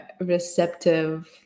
receptive